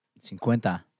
Cinquenta